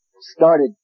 started